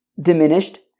diminished